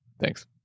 Thanks